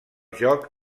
joc